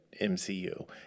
MCU